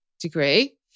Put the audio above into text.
degree